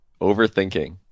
Overthinking